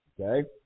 Okay